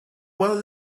one